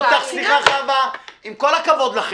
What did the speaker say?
סליחה, חוה, עם כל הכבוד לכם.